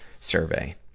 survey